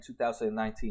2019